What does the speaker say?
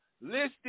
listed